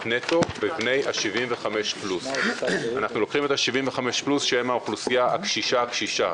נטו לבני ה-75 פלוס שהם האוכלוסייה קשישה-קשישה,